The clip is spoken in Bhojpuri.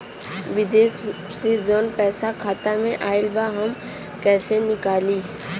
विदेश से जवन पैसा खाता में आईल बा हम कईसे निकाली?